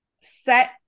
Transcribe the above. set